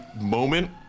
moment